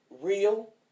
real